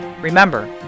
Remember